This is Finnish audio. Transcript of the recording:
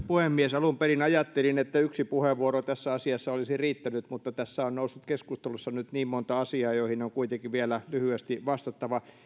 puhemies alun perin ajattelin että yksi puheenvuoro tässä asiassa olisi riittänyt mutta tässä on noussut keskustelussa nyt niin monta asiaa joihin on kuitenkin vielä lyhyesti vastattava